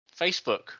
facebook